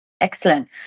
excellent